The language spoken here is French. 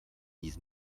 dix